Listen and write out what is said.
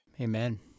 Amen